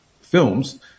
films